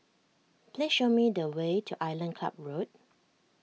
please show me the way to Island Club Road